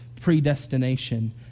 predestination